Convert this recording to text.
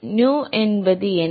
நு என்பது என்ன